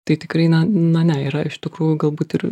tai tikrai na na ne yra iš tikrųjų galbūt ir